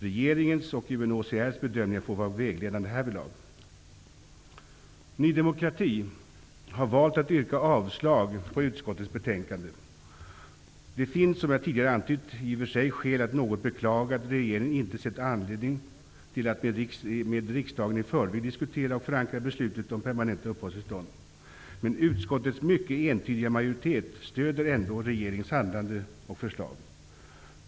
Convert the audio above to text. Regeringens och UNHCR:s bedömningar kan vara vägledande härvidlag. Ny demokrati har valt att yrka avslag på utskottets hemställan. Det finns, som jag tidigare antytt, skäl att något beklaga att regeringen inte sett anledning att i förväg diskutera och hos riksdagen förankra beslutet om permanenta uppehållstillstånd. Men utskottets mycket entydiga majoritet stöder ändå regeringens handlande och förslag.